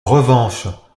revanche